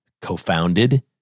co-founded